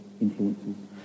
influences